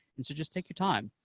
and so just take your time.